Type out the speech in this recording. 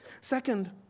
Second